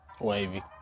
Wavy